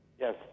Yes